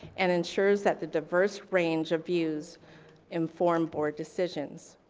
and ensures that the diverse range of views inform board decisions.